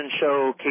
show